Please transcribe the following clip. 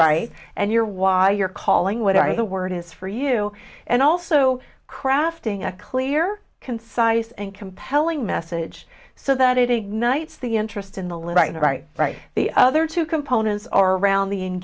purpose and your why you're calling what i say the word is for you and also crafting a clear concise and compelling message so that it ignites the interest in the right right right the other two components are around the